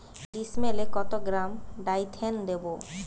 ডিস্মেলে কত gram Dithane দেবো?